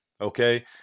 okay